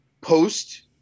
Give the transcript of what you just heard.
post